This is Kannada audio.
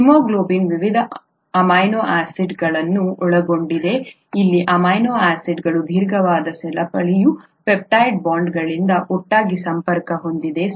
ಹಿಮೋಗ್ಲೋಬಿನ್ ವಿವಿಧ ಅಮೈನೋ ಆಸಿಡ್ಗಳನ್ನು ಒಳಗೊಂಡಿದೆ ಇಲ್ಲಿ ಅಮೈನೋ ಆಸಿಡ್ಗಳ ದೀರ್ಘ ಸರಪಳಿಯು ಪೆಪ್ಟೈಡ್ ಬಾಂಡ್ಗಳಿಂದ ಒಟ್ಟಿಗೆ ಸಂಪರ್ಕ ಹೊಂದಿದೆ ಸರಿ